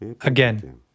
Again